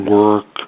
work